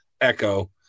echo